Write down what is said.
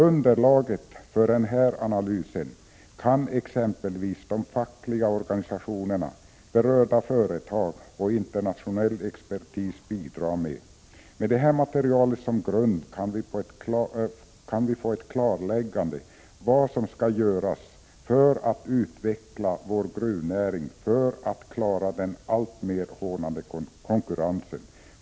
Underlaget för den här analysen kan exempelvis de fackliga organisationerna, berörda företag och internationell expertis bidra med. Med detta material som grund kan vi få ett klarläggande om vad som skall göras för att utveckla vår gruvnäring och för att klara den alltmer hårdnande konkurrensen.